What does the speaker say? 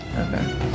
Okay